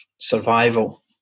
survival